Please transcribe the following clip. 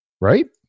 Right